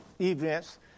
events